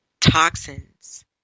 toxins